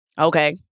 Okay